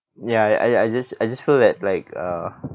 ya I I I just I just feel that like uh